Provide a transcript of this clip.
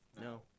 No